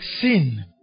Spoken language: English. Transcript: sin